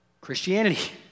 Christianity